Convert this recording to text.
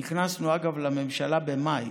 אגב, נכנסנו לממשלה במאי.